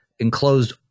enclosed